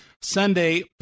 Sunday